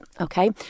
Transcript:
Okay